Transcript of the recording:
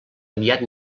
aviat